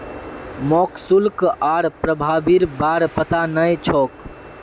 मोक शुल्क आर प्रभावीर बार पता नइ छोक